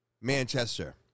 Manchester